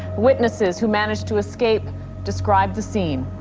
witnesses who managed to escape describe the scene.